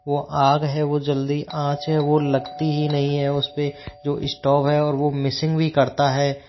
वो आग है वो जल्दी आँच है वो लगती ही नहीं है उसपे जो इस्टॉव है और वो मिसिंग भी करता है